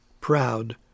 Proud